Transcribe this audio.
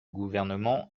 gouvernement